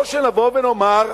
או שנבוא ונאמר: